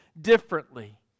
differently